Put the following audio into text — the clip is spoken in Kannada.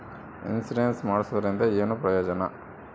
ಇನ್ಸುರೆನ್ಸ್ ಮಾಡ್ಸೋದರಿಂದ ಏನು ಪ್ರಯೋಜನ?